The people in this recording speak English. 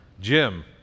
Jim